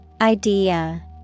Idea